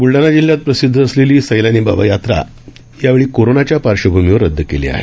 बुलडाणा जिल्हयात प्रसिध्द असलेली सैलानी बाबा यात्रा यावेळी कोरोनाच्या पार्श्वभूमीवर रदद केली आहे